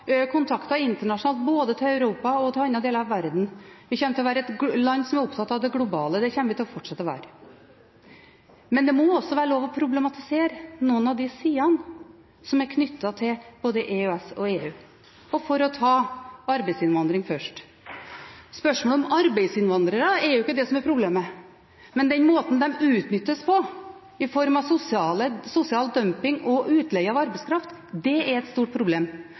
kontakter internasjonalt, både til Europa og til andre deler av verden. Vi kommer til å være et land som er opptatt av det globale – det kommer vi til å fortsette å være. Men det må også være lov til å problematisere noen av de sidene som er knyttet til både EØS og EU. For å ta arbeidsinnvandring først: Spørsmålet om arbeidsinnvandrere er ikke det som er problemet. Men den måten de utnyttes på, i form av sosial dumping og utleie av arbeidskraft, er et stort problem.